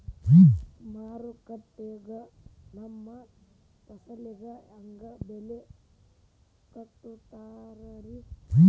ಮಾರುಕಟ್ಟೆ ಗ ನಮ್ಮ ಫಸಲಿಗೆ ಹೆಂಗ್ ಬೆಲೆ ಕಟ್ಟುತ್ತಾರ ರಿ?